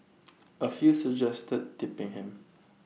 A few suggested tipping him